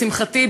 לשמחתי,